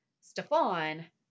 Stefan